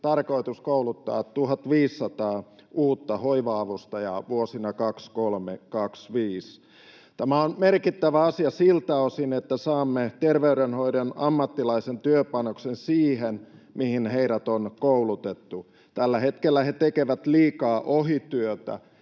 tarkoitus kouluttaa 1 500 uutta hoiva-avustajaa vuosina 23—25. Tämä on merkittävä asia siltä osin, että saamme terveydenhoidon ammattilaisten työpanoksen siihen, mihin heidät on koulutettu. Tällä hetkellä he tekevät liikaa ohityötä,